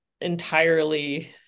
entirely